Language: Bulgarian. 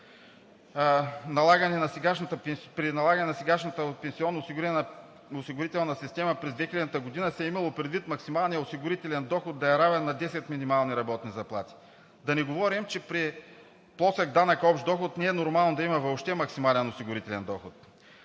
При налагане на сегашната пенсионноосигурителна система през 2000 г. се е имало предвид максималният осигурителен доход да е равен на 10 минимални работни заплати. Да не говорим, че при плосък данък общ доход не е нормално да има въобще максимален осигурителен доход.